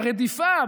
הרדיפה,